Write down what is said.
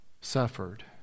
suffered